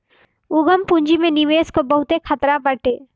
उद्यम पूंजी में निवेश कअ बहुते खतरा बाटे